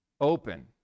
open